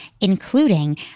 including